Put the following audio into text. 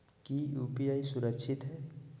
की यू.पी.आई सुरक्षित है?